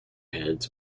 heads